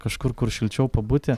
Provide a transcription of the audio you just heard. kažkur kur šilčiau pabūti